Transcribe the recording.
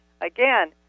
again